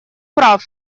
прав